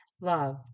Love